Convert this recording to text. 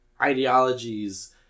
ideologies